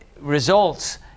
results